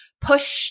push